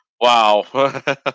Wow